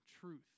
truth